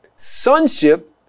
Sonship